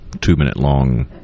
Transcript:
two-minute-long